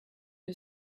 who